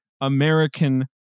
American